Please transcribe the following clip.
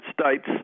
States